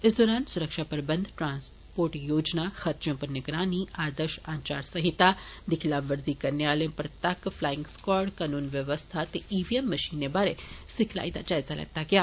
इस दौरान सुरक्षा प्रबंधै ट्रास्पोर्ट योजना खर्चे उप्पर निगरानी आदर्श आचार संहिता दी खिलाफवर्जी करने आले उप्पर तक्क फलाईंग स्कॉट कनून व्यवस्था ते ई वी एम मशीने बारे सिखलाई दा जायजा लैता गेआ